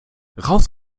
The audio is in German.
raus